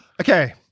Okay